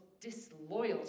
disloyal